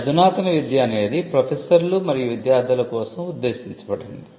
ఈ అధునాతన విద్య అనేది ప్రొఫెసర్లు మరియు విద్యార్థుల కోసం ఉద్దేశించబడింది